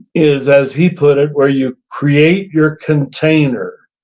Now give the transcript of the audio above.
is, as he put it, where you create your container.